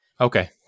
Okay